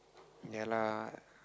ya lah